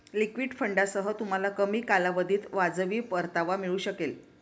liquid फंडांसह, तुम्हाला कमी कालावधीत वाजवी परतावा मिळू शकेल